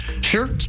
Sure